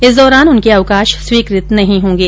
इस दौरान उनके अवकाश स्वीकृत नहीं होंगे